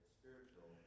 spiritual